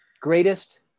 Greatest